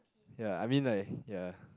ya I mean like ya